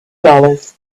dollars